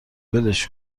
ولش